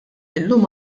illum